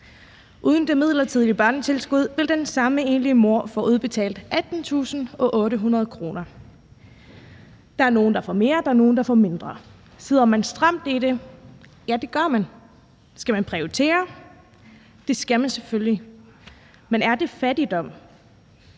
Uden det midlertidige børnetilskud vil den samme enlige mor få udbetalt 18.800 kr. Der er nogle, der får mere, og der er nogle, der får mindre. Sidder man stramt i det? Ja, det gør man. Skal man prioritere? Det skal man selvfølgelig. Men er det fattigdom?